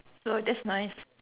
oh just nice